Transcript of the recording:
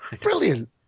Brilliant